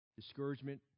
Discouragement